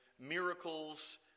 miracles